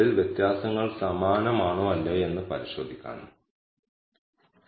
5 ശതമാനം critical value 12 degree ഫ്രീഡമുള്ള ഉയർന്ന ക്രിട്ടിക്കൽ വാല്യു